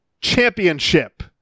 championship